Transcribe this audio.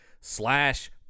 slash